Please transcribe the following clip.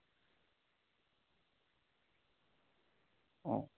ᱚᱻ